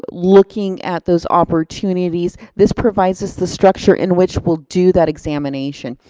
but looking at those opportunities, this provides us the structure in which we'll do that examination.